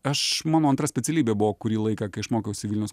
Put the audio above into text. aš mano antra specialybė buvo kurį laiką kai aš mokiausi vilniaus